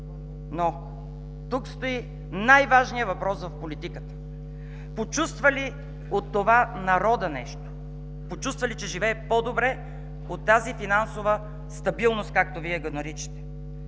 Но, тук стои най-важният въпрос в политиката – почувства ли нещо от това народът? Почувства ли, че живее по-добре от тази финансова стабилност, както Вие го наричате?